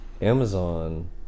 Amazon